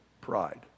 pride